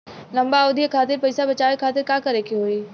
लंबा अवधि खातिर पैसा बचावे खातिर का करे के होयी?